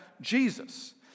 Jesus